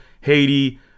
Haiti